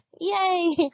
yay